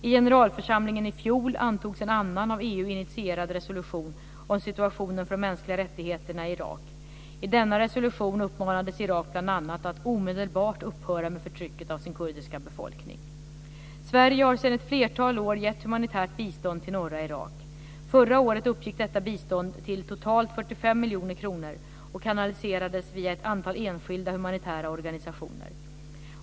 I generalförsamlingen i fjol antogs en annan av EU Irak bl.a. att omedelbart upphöra med förtrycket av sin kurdiska befolkning. Sverige har sedan ett flertal år gett humanitärt bistånd till norra Irak. Förra året uppgick detta bistånd till totalt 45 miljoner kronor och kanaliserades via ett antal enskilda humanitära organisationer.